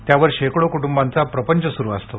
त्यावर शेकडो कुटुंबांचा प्रपंच सुरू असतो